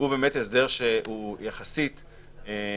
הוא באמת הסדר יחסית חדשני.